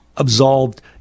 absolved